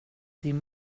din